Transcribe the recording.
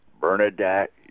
Bernadette